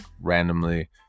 randomly